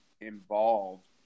involved